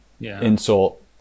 insult